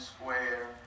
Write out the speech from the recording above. Square